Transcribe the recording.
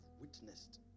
witnessed